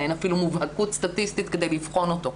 אין אפילו מובהקות סטטיסטית כדי לבחון אותו.